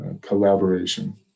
collaboration